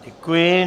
Děkuji.